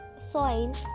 soil